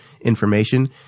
information